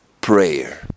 prayer